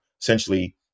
essentially